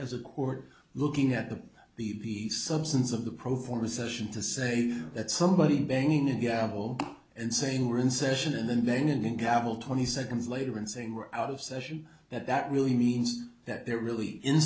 as a court looking at the the the substance of the pro forma session to say that somebody banging in gavel and saying we're in session and then then and then gavel twenty seconds later and saying we're out of session that that really means that they're really in